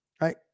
right